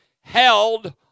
held